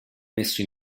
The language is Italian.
messo